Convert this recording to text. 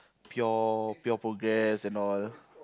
pure pure progress and all